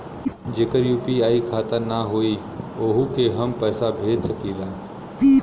जेकर यू.पी.आई खाता ना होई वोहू के हम पैसा भेज सकीला?